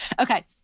Okay